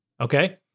Okay